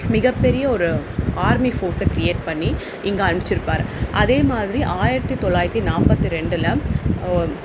மிகப்பெரிய ஒரு ஆர்மி ஃபோர்ஸ்ஸை கிரியேட் பண்ணி இங்கே அனுப்பிச்சிருப்பார் அதேமாதிரி ஆயிரத்து தொள்ளாயிரத்தி நாற்பத்தி ரெண்டில் ஒ